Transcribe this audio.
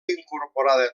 incorporada